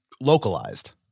localized